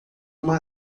uma